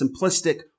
simplistic